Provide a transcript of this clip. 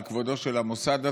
על כבודו של המוסד הזה,